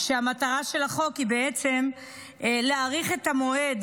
המטרה של החוק היא בעצם להאריך את המועד